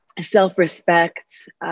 self-respect